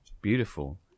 beautiful